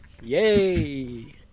Yay